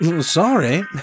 Sorry